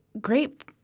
great